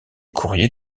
courrier